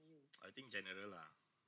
I think general lah